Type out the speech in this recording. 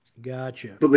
Gotcha